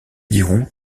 dirons